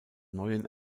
neuen